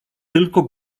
tylko